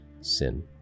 sin